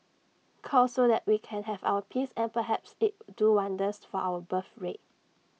cull so that we can have our peace and perhaps it'll do wonders for our birthrate